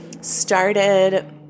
started